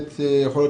יכול להיות